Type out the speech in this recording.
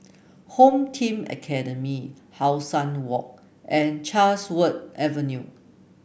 Home Team Academy How Sun Walk and Chatsworth Avenue